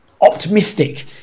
optimistic